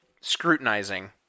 scrutinizing